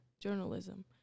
Journalism